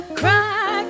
cry